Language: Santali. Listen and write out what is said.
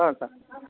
ᱟᱪᱪᱷᱟ